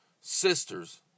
sisters